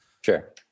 sure